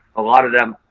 a lot of them,